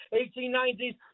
1890s